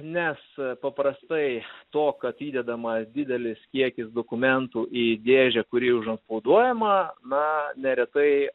nes paprastai to kad įdedama didelis kiekis dokumentų į dėžę kuri užantspauduojama na neretai